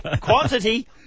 Quantity